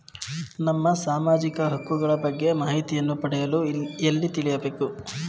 ನಮ್ಮ ಸಾಮಾಜಿಕ ಹಕ್ಕುಗಳ ಬಗ್ಗೆ ಮಾಹಿತಿಯನ್ನು ಪಡೆಯಲು ಎಲ್ಲಿ ತಿಳಿಯಬೇಕು?